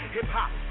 Hip-hop